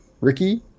Ricky